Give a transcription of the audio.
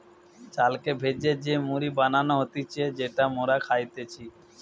চালকে ভেজে যে মুড়ি বানানো হতিছে যেটা মোরা খাইতেছি